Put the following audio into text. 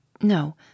No